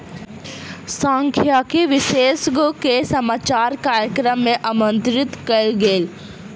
सांख्यिकी विशेषज्ञ के समाचार कार्यक्रम मे आमंत्रित कयल गेल